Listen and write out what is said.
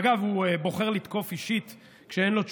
אגב, הוא בוחר לתקוף אישית כשאין לו תשובות,